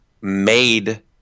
made